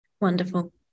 Wonderful